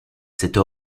cette